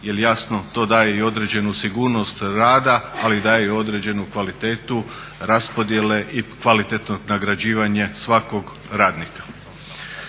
Jer jasno to daje i određenu sigurnost rada ali daje i određenu kvalitetu raspodjele i kvalitetnog nagrađivanja svakog radnika.